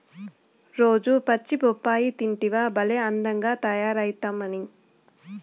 రోజూ పచ్చి బొప్పాయి తింటివా భలే అందంగా తయారైతమ్మన్నీ